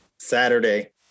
saturday